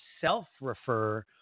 self-refer